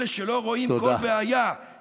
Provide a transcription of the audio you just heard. אלה שלא רואים כל בעיה, תודה.